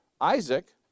Isaac